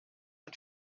und